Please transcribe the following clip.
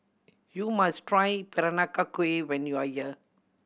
you must try Peranakan Kueh when you are here